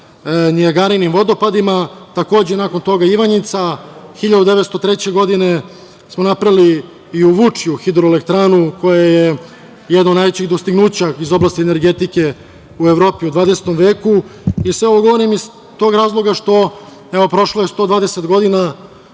Nijagarinim vodopadima, takođe nakon toga Ivanjica, 1903. godine smo napravili i u Vučju hidroelektranu, koja je jedno od najvećih dostignuća iz oblasti energetike u Evropi u 20. veku. Sve ovo govorim iz tog razloga što, evo, prošlo je 120 godina,